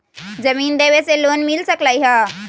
जमीन देवे से लोन मिल सकलइ ह?